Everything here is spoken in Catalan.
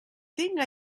tinga